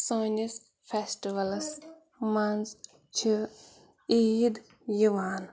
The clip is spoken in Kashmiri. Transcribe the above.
سٲنِس فیٚسٹٕوَلَس منٛز چھِ عیٖد یِوان